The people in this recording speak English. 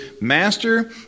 Master